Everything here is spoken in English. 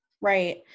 Right